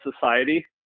Society